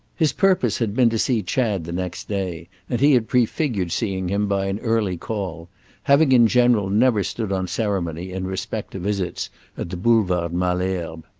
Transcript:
his purpose had been to see chad the next day, and he had prefigured seeing him by an early call having in general never stood on ceremony in respect to visits at the boulevard malesherbes.